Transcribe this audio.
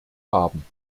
haben